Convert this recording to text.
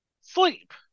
sleep